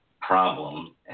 problem